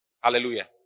Hallelujah